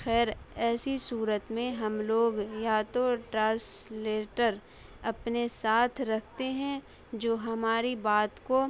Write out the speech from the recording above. خیر ایسی صورت میں ہم لوگ یا تو ٹراسلیٹر اپنے ساتھ رکھتے ہیں جو ہماری بات کو